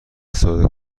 استفاده